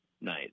night